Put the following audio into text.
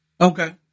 Okay